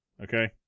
okay